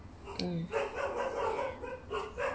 mm